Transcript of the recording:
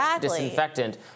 disinfectant